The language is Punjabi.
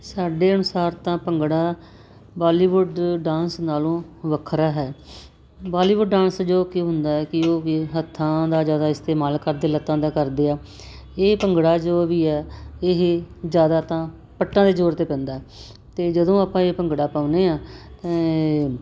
ਸਾਡੇ ਅਨੁਸਾਰ ਤਾਂ ਭੰਗੜਾ ਬਾਲੀਵੁੱਡ ਡਾਂਸ ਨਾਲੋਂ ਵੱਖਰਾ ਹੈ ਬਾਲੀਵੁੱਡ ਡਾਂਸ ਜੋ ਕਿ ਹੁੰਦਾ ਕਿ ਉਹ ਕੀ ਹੱਥਾਂ ਦਾ ਜ਼ਿਆਦਾ ਇਸਤੇਮਾਲ ਕਰਦੇ ਲੱਤਾਂ ਦਾ ਕਰਦੇ ਆ ਇਹ ਭੰਗੜਾ ਜੋ ਵੀ ਹੈ ਇਹ ਜ਼ਿਆਦਾ ਤਾਂ ਪੱਟਾਂ ਦੇ ਜ਼ੋਰ 'ਤੇ ਪੈਂਦਾ ਅਤੇ ਜਦੋਂ ਆਪਾਂ ਇਹ ਭੰਗੜਾ ਪਾਉਂਦੇ ਆ ਤਾਂ ਇਹ